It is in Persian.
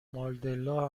ماندلا